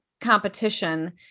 competition